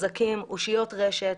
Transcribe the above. אתם אנשים חזקים, אושיות רשת.